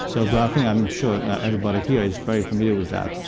so graphene, i'm sure everybody here is very familiar with that.